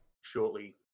shortly